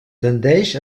tendeix